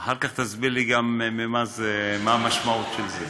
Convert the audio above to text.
אחר כך תסביר לי גם מה המשמעות של זה.